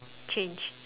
change